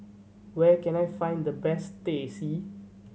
where can I find the best Teh C